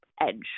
edge